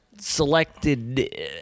selected